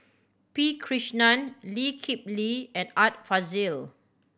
P Krishnan Lee Kip Lee and Art Fazil